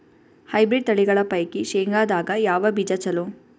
Hybrid ತಳಿಗಳ ಪೈಕಿ ಶೇಂಗದಾಗ ಯಾವ ಬೀಜ ಚಲೋ?